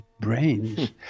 brains